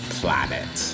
planet